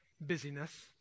busyness